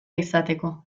izateko